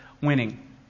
winning